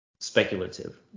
speculative